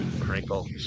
Crinkle